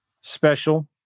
special